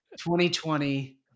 2020